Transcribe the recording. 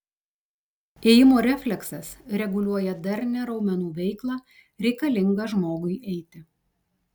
ėjimo refleksas reguliuoja darnią raumenų veiklą reikalingą žmogui eiti